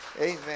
Amen